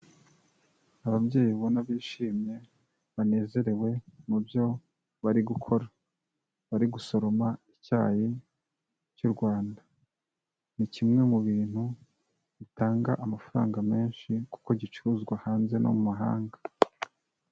Ababyeyi ubona bishimye banezerewe mu byo bari gukora, bari gusoroma icyayi cy'u Rwanda. Ni kimwe mu bintu bitanga amafaranga menshi kuko gicuruzwa hanze no mu mahanga.